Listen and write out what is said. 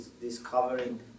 discovering